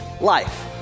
life